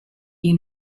you